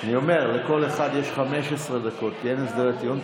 אני אומר, לכל אחד יש 15 דקות, כי אין הסדרי דיון.